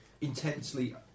intensely